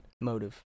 Motive